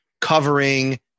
covering